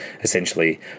essentially